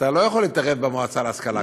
אתה לא יכול להתערב במועצה להשכלה גבוהה.